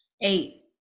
Eight